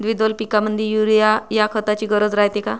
द्विदल पिकामंदी युरीया या खताची गरज रायते का?